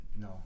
No